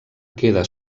queda